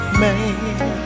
man